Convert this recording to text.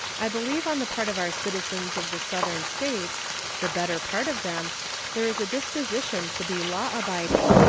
i believe on the part of our citizens of the southern states the better part of them there is a disposition to be law abiding,